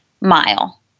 mile